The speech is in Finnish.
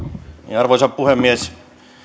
arvoisa puhemies